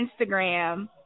Instagram